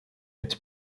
its